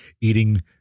eating